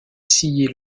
sillé